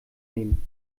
nehmen